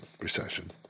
recession